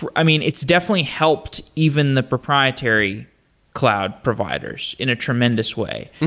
i mean, it's definitely helped even the proprietary cloud providers in a tremendous way.